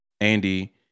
Andy